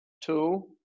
Two